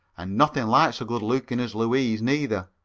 and nothing like so good-looking as louise, neither.